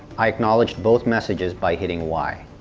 i acknowledged both messages by hitting y.